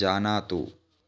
जानातु